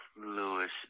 Lewis